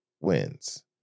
wins